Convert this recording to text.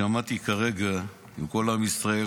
שמעתי כרגע עם כל עם ישראל,